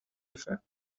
effect